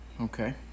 Okay